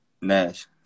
Nash